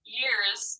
years